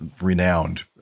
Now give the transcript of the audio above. renowned